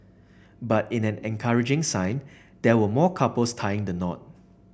but in an encouraging sign there were more couples tying the knot